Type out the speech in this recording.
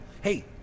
Hey